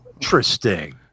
Interesting